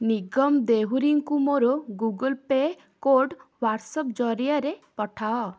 ନିଗମ ଦେହୁରୀଙ୍କୁ ମୋର ଗୁଗଲ୍ ପେ କୋଡ଼୍ ହ୍ଵାଟ୍ସଆପ୍ ଜରିଆରେ ପଠାଅ